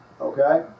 Okay